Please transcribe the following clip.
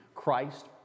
Christ